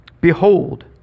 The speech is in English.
Behold